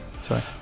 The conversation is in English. Sorry